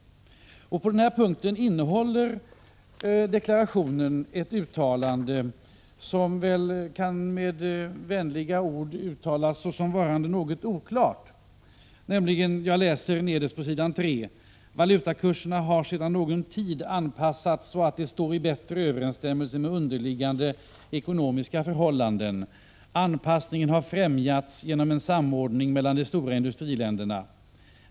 På den här punkten innehåller deklarationen ett uttalande som med vänliga ord kan sägas vara något oklart: ”Valutakurserna har sedan någon tid anpassats så att de står i bättre överensstämmelse med underliggande ekonomiska förhållanden. Anpassningen har främjats genom en samordning mellan de stora industriländerna.